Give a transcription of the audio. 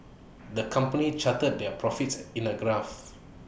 the company charted their profits in A graph